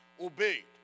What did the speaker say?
obeyed